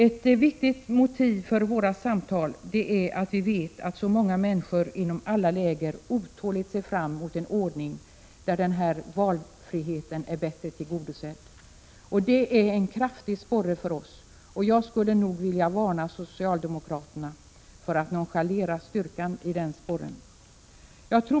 Ett viktigt motiv för våra samtal är att vi vet att så många människor inom alla läger otåligt ser fram mot en ordning där valfriheten är bättre tillgodosedd. Det är en kraftig sporre för oss. Jag vill varna socialdemokraterna för att nonchalera styrkan i den.